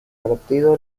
partido